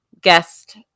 guest